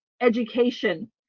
education